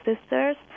sisters